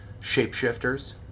shapeshifters